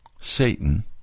Satan